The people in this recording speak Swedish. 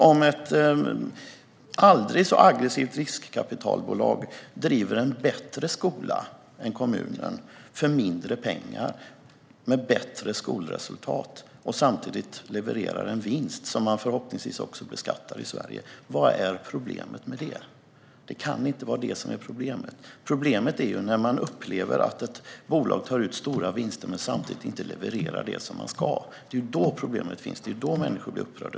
Om ett aldrig så aggressivt riskkapitalbolag driver en bättre skola än kommunen för mindre pengar och med bättre skolresultat och samtidigt levererar en vinst, som man förhoppningsvis också beskattar i Sverige, vad är problemet med det? Det kan inte vara det som är problemet. Problemet är när man upplever att ett bolag tar ut stora vinster men inte levererar det som man ska. Det är då människor blir upprörda.